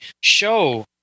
show